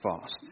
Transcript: fast